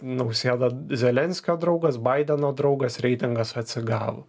nausėda zelenskio draugas baideno draugas reitingas atsigavo